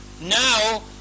now